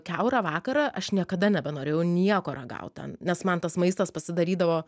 kiaurą vakarą aš niekada nebenorėjau nieko ragaut ten nes man tas maistas pasidarydavo